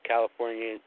California